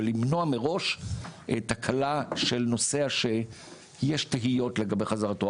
ולמנוע מראש תקלה של נוסע שיש תהיות לגבי חזרתו.